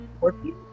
working